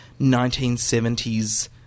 1970s